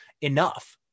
enough